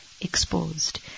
exposed